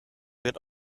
wird